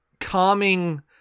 calming